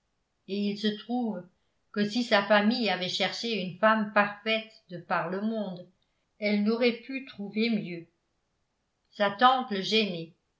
et il se trouve que si sa famille avait cherché une femme parfaite de par le monde elle n'aurait pu trouver mieux sa tante le gênait